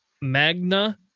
Magna